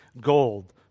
gold